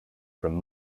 from